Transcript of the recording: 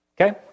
okay